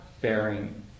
bearing